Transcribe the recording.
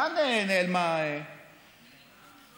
להיכן נעלמה השרה?